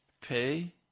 pay